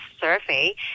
survey